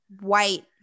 white